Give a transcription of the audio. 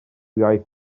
iaith